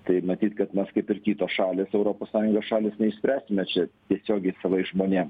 tai matyt kad mes kaip ir kitos šalys europos sąjungos šalys neišspręsime tiesiogiai savais žmonėm